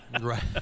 right